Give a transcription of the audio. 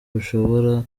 rushobora